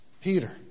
Peter